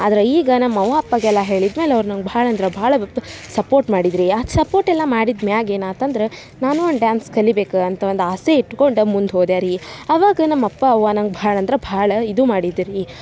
ಆದ್ರೆ ಈಗ ನಮ್ಮ ಅವ್ವ ಅಪ್ಪಗೆಲ್ಲ ಹೇಳಿದ ಮೇಲೆ ಅವ್ರು ನಂಗೆ ಭಾಳ ಅಂದ್ರೆ ಭಾಳ ಸಪೋರ್ಟ್ ಮಾಡಿದ್ರು ರಿ ಆ ಸಪೋರ್ಟ್ ಎಲ್ಲ ಮಾಡಿದ ಮ್ಯಾಗ ಏನಾತಂದ್ರೆ ನಾನೂ ಒಂದು ಡ್ಯಾನ್ಸ್ ಕಲಿಬೇಕು ಅಂತ ಒಂದು ಆಸೆ ಇಟ್ಕೊಂಡು ಮುಂದೆ ಹೋದೆ ರೀ ಅವಾಗ ನಮ್ಮ ಅಪ್ಪ ಅವ್ವ ನಂಗೆ ಭಾಳ ಅಂದ್ರೆ ಭಾಳ ಇದು ಮಾಡಿದ್ರ್ ರೀ